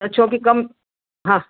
त छो की कम हा